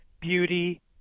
beauty